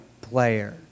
player